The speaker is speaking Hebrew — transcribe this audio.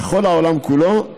בכל העולם כולו,